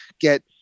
get